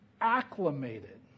acclimated